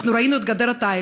ראינו את גדר התיל,